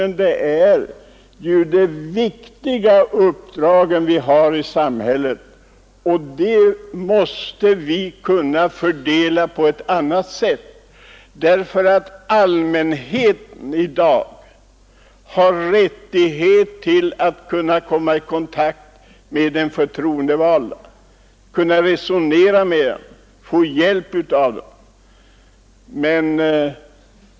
Vi måste fördela de viktiga uppdragen i samhället på ett annat sätt, därför att allmänheten i dag har rätt att kunna komma i kontakt med de förtroendevalda. Man skall kunna resonera med dem, få hjälp av dem.